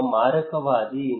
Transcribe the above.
ಒಬ್ಬ ಮಾರಕವಾದಿ